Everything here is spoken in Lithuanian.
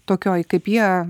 tokioj kaip jie